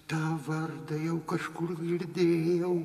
tą vardą jau kažkur girdėjau